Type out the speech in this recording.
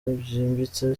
byimbitse